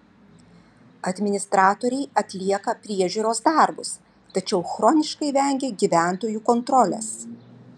administratoriai atlieka priežiūros darbus tačiau chroniškai vengia gyventojų kontrolės